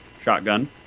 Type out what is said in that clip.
shotgun